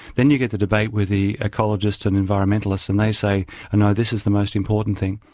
then you get the debate with the ecologists and environmentalists, and they say no, this is the most important thing',